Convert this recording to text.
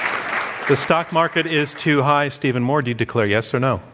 um the stock market is too high, stephen moore, do you declare yes or no?